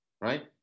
right